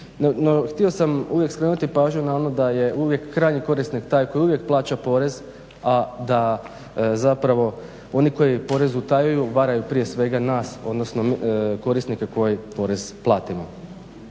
htio sam uvijek skrenuti pažnju na ono da je uvijek krajnji korisnik taj koji uvijek plaća porez, a da zapravo oni koji porez utajuju varaju prije svega nas, odnosno korisnike koji porez platimo.